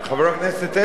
תודה רבה,